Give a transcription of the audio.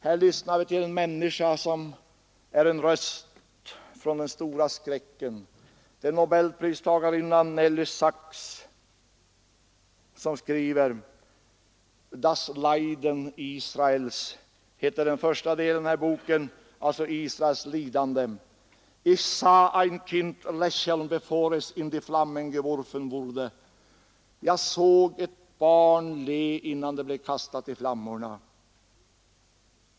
Här lyssnar vi till en röst från den stora skräcken — det är nobelpristagarinnan Nelly Sachs som skriver. ”Das Leiden Israels” — alltså Israels lidande — heter den första delen i boken. Hon skriver: ”Ich sah ein Kind lächeln bevor es in die Flammen gewurfen wurde” — jag såg ett barn le innan det blev kastat i flammorna.